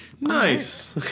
nice